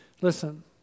Listen